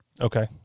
Okay